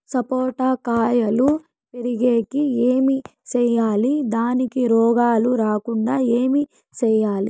సపోట కాయలు పెరిగేకి ఏమి సేయాలి దానికి రోగాలు రాకుండా ఏమి సేయాలి?